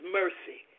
mercy